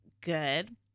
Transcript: good